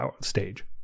stage